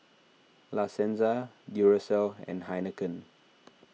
La Senza Duracell and Heinekein